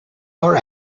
our